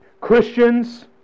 Christians